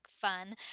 fun